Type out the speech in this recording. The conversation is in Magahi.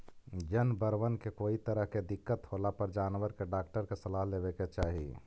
जनबरबन के कोई तरह के दिक्कत होला पर जानबर के डाक्टर के सलाह लेबे के चाहि